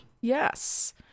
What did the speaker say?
yes